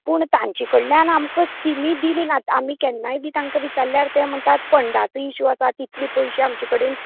पूण तांचे कडल्यान आमकां स्किमी दिल्ली नात आमी केन्नाय बी तांकां विचारल्यार तें म्हणता फंडाचो बी इसू आसा इतले पयशें आमचे कडेन